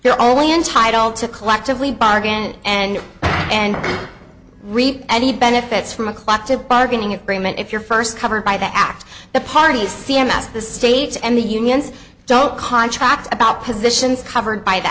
here only entitled to collectively bargain and and reap any benefits from a clock to the bargaining agreement if your first covered by the act the parties c m s the states and the unions don't contract about positions covered by th